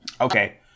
Okay